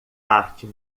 parte